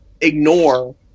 ignore